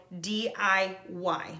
DIY